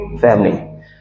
family